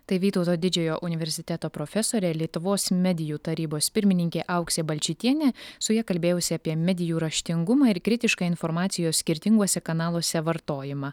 tai vytauto didžiojo universiteto profesorė lietuvos medijų tarybos pirmininkė auksė balčytienė su ja kalbėjausi apie medijų raštingumą ir kritišką informacijos skirtinguose kanaluose vartojimą